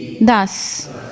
Thus